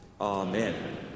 Amen